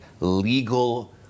legal